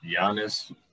Giannis